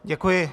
Děkuji.